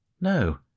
No